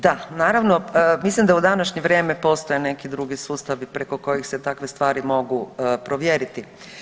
Da, naravno mislim da u današnje vrijeme postoje neki drugi sustavi preko kojih se takve stvari mogu provjeriti.